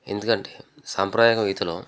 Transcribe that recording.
ఎందుకంటే సాంప్రదాయకం ఈతలో